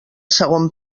segon